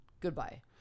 goodbye